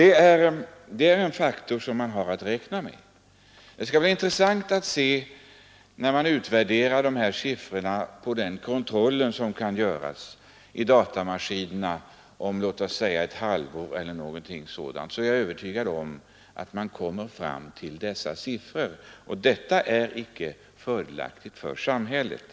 Det är en faktor som vi har att räkna med. När man om något halvår i datamaskinerna utvärderar de siffror som finns på den kontroll som kunnat göras kommer man säkert fram till sådana kostnader som jag nämnde, och det är ju inte fördelaktigt för samhället.